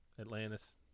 Atlantis